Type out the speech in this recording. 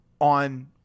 on